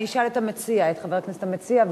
אני אשאל את חבר הכנסת המציע,